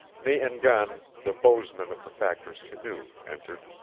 me-en-gan, the bowsman of the factor's canoe, entered,